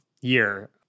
year